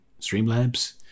Streamlabs